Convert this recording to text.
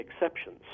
exceptions